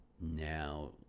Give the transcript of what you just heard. now